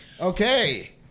Okay